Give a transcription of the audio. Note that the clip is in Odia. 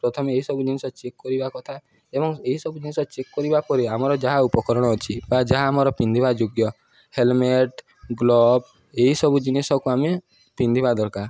ପ୍ରଥମେ ଏହିସବୁ ଜିନିଷ ଚେକ୍ କରିବା କଥା ଏବଂ ଏହିସବୁ ଜିନିଷ ଚେକ୍ କରିବା ପରେ ଆମର ଯାହା ଉପକରଣ ଅଛି ବା ଯାହା ଆମର ପିନ୍ଧିବା ଯୋଗ୍ୟ ହେଲମେଟ୍ ଗ୍ଲୋଭ୍ ଏହିସବୁ ଜିନିଷକୁ ଆମେ ପିନ୍ଧିବା ଦରକାର